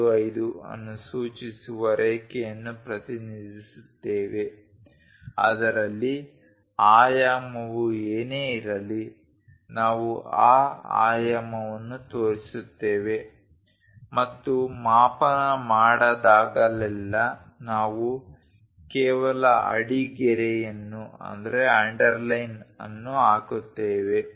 75 ಅನ್ನು ಸೂಚಿಸುವ ರೇಖೆಯನ್ನು ಪ್ರತಿನಿಧಿಸುತ್ತೇವೆ ಅದರಲ್ಲಿ ಆಯಾಮವು ಏನೇ ಇರಲಿ ನಾವು ಆ ಆಯಾಮವನ್ನು ತೋರಿಸುತ್ತೇವೆ ಮತ್ತು ಮಾಪನ ಮಾಡದಾಗಲೆಲ್ಲಾ ನಾವು ಕೇವಲ ಅಡಿಗೆರೆಯನ್ನು ಹಾಕುತ್ತೇವೆ